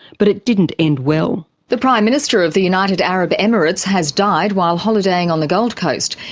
but it didn't end well. the prime minister of the united arab emirates has died while holidaying on the gold coast.